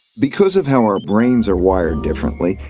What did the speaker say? because of how are brains are wired differently,